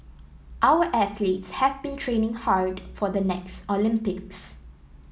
our athletes have been training hard for the next Olympics